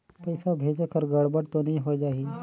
पइसा भेजेक हर गड़बड़ तो नि होए जाही?